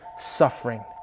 suffering